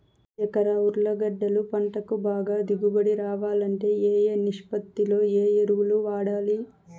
ఎకరా ఉర్లగడ్డలు గడ్డలు పంటకు బాగా దిగుబడి రావాలంటే ఏ ఏ నిష్పత్తిలో ఏ ఎరువులు వాడాలి?